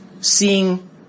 seeing